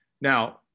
Now